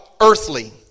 earthly